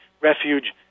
refuge